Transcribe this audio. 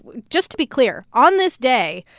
just to be clear, on this day,